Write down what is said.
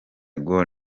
gor